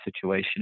situation